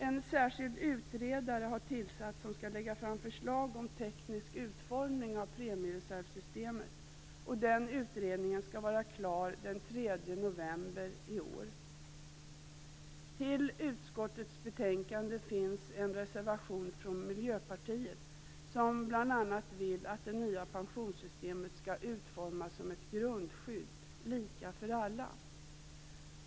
En särskild utredare har tillsatts som skall lägga fram förslag av teknisk utformning av premiereservsystemet, och den utredningen skall vara klar den 3 Till utskottets betänkande finns en reservation från Miljöpartiet, som bl.a. vill att det nya pensionssystemet skall utformas som ett grundskydd, lika för alla.